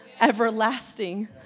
everlasting